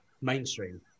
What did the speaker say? mainstream